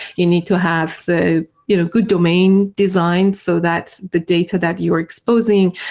you need to have the you know good domain design so that the data that you are exposing,